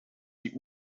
die